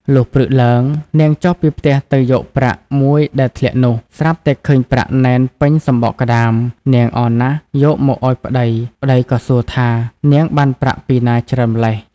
លុះព្រឹកឡើង នាងចុះពីផ្ទះទៅយកប្រាក់មួយដែលធ្លាក់នោះ ស្រាប់តែឃើញប្រាក់ណែនពេញសំបកក្ដាម នាងអរណាស់យកមកឲ្យប្ដី ប្ដីក៏សួរថា នាងបានប្រាក់ពីណាច្រើនម្ល៉េះ។